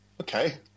Okay